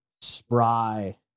spry